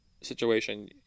situation